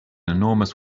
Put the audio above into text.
enormous